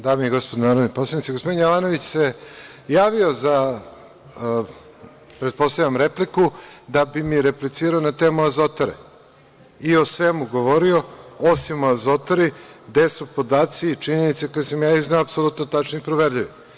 Dame i gospodo narodni poslanici, gospodin Jovanović se javio za, pretpostavljam, repliku da bi mi replicirao na temu „Azotare“ i o svemu govorio, osim o „Azotari“, gde su podaci i činjenice koje sam ja izneo apsolutno tačne i proverljive.